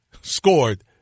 scored